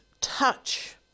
touch